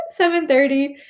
7.30